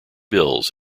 bills